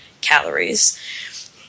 calories